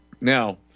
Now